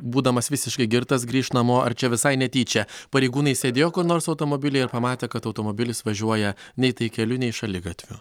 būdamas visiškai girtas grįš namo ar čia visai netyčia pareigūnai sėdėjo kur nors automobilyje ir pamatė kad automobilis važiuoja nei tai keliu nei šaligatviu